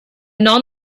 non